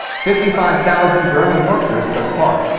fifty five thousand german workers took part.